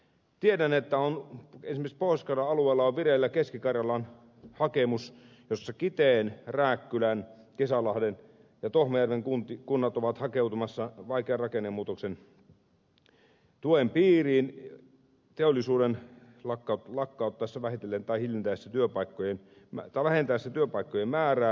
tiedän että esimerkiksi pohjois karjalan alueella on vireillä keski karjalan hakemus jossa kiteen rääkkylän kesälahden ja tohmajärven kunnat ovat hakeutumassa vaikean rakennemuutoksen tuen piiriin teollisuuden lakkauttaessa tai vähentäessä työpaikkojen määrää